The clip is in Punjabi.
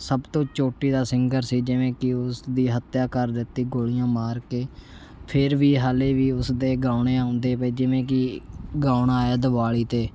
ਸਭ ਤੋਂ ਚੋਟੀ ਦਾ ਸਿੰਗਰ ਸੀ ਜਿਵੇਂ ਕਿ ਉਸ ਦੀ ਹੱਤਿਆ ਕਰ ਦਿੱਤੀ ਗੋਲੀਆਂ ਮਾਰ ਕੇ ਫਿਰ ਵੀ ਹਾਲੇ ਵੀ ਉਸਦੇ ਗਾਉਣੇ ਆਉਂਦੇ ਪਏ ਜਿਵੇਂ ਕਿ ਗਾਉਣ ਆਇਆ ਦੀਵਾਲੀ 'ਤੇ